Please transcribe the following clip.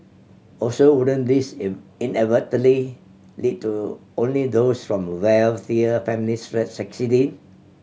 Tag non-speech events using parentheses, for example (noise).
also wouldn't this inadvertently lead to only those from wealthier families (unintelligible) succeeding